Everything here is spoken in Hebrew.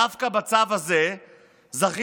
דווקא בצו הזה זכיתם,